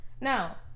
now